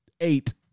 Eight